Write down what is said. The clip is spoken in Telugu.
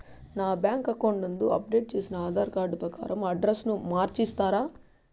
నా బ్యాంకు అకౌంట్ నందు అప్డేట్ చేసిన ఆధార్ కార్డు ప్రకారం అడ్రస్ ను మార్చిస్తారా?